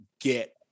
get